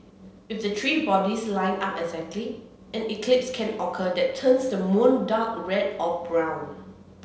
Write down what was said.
if the three bodies line up exactly an eclipse can occur that turns the moon dark red or brown